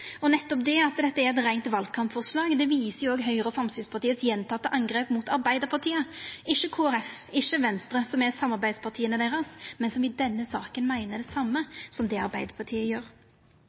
forslaget. Nettopp det at dette er eit reint valkampforslag, viser Høgres og Framstegspartiets gjentekne angrep på Arbeidarpartiet, ikkje på Kristeleg Folkeparti, ikkje på Venstre, som er samarbeidspartia deira, men som i denne saka meiner det same som Arbeidarpartiet.